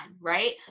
right